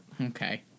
Okay